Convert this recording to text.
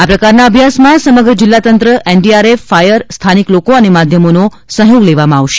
આ પ્રકારના અભ્યાસમાં સમગ્ર જિલ્લા તંત્ર એનડીઆરએફ ફાયર સ્થાનિક લોકો અને માધ્યમોનો સહયોગ લેવામાં આવશે